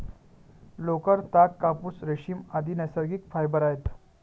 लोकर, ताग, कापूस, रेशीम, आदि नैसर्गिक फायबर आहेत